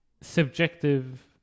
subjective